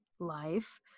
life